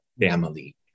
family